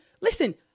listen